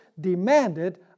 demanded